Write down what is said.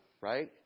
Right